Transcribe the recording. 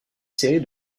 série